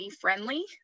friendly